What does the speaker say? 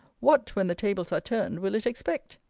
what, when the tables are turned, will it expect?